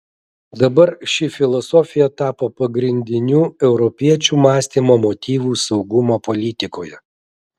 dabar ši filosofija tapo pagrindiniu europiečių mąstymo motyvu saugumo politikoje